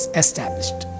established